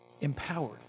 empowered